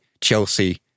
Chelsea